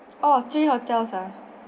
!oh! three hotels ah